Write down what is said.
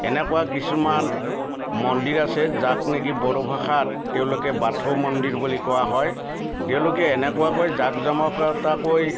এনেকুৱা কিছুমান মন্দিৰ আছে যাক নেকি বড়ো ভাষাত তেওঁলোকে বাথৌ মন্দিৰ বুলি কোৱা হয় তেওঁলোকে এনেকুৱাকৈ জাকজমকতাকৈ